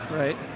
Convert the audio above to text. right